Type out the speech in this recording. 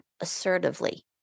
assertively